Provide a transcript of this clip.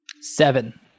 Seven